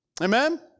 Amen